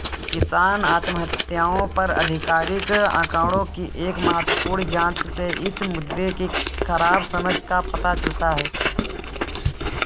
किसान आत्महत्याओं पर आधिकारिक आंकड़ों की एक महत्वपूर्ण जांच से इस मुद्दे की खराब समझ का पता चलता है